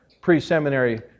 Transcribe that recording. pre-seminary